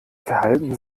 verhalten